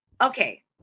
Okay